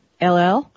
LL